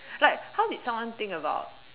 like how did someone think about